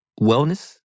wellness